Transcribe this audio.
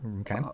Okay